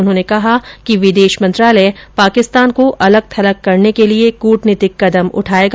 उन्होंने कहा कि विदेश मंत्रालय पाकिस्तान को अलग थलग करने के लिये कुटनीतिक कदम उठायेगा